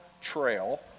trail